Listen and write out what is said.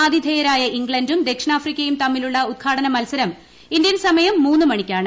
ആതിഥേയരായ ഇംഗ്ലണ്ടും ദക്ഷിണാഫ്രിക്കയും തമ്മിലുള്ള ഉദ്ഘാടന മത്സരം ഇന്ത്യൻ സമയം മൂന്ന് മണിയ്ക്കാണ്